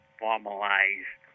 formalized